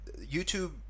YouTube